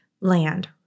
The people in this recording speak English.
land